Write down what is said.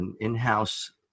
in-house